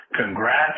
congrats